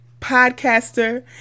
podcaster